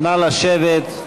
נא לשבת.